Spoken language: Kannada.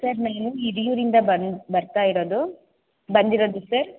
ಸರ್ ನಾವು ಹಿರಿಯೂರಿಂದ ಬಂದು ಬರ್ತಾ ಇರೋದು ಬಂದಿರೋದು ಸರ್